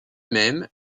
même